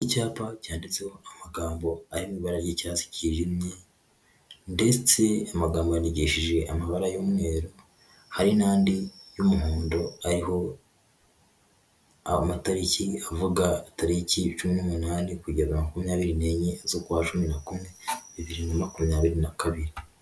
Icyapa byanditseho amagambo ari mu ibara ry'icyatsi cyijimye, ndetse amagambo yandikishije amabara y'umweru, hari n'andi y'umuhondo ariho amatariki avuga tariki cumi n'umunani kugera makumyabiri n'enye z'ukwa cumi na kumwe, bibiri na makumyabiri na kabiri.